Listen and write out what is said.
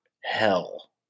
hell